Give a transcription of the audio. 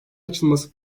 açılması